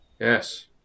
Yes